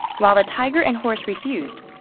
while the tiger and horse refused,